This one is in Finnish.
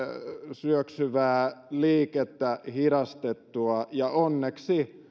syöksyvää liikettä hidastettua onneksi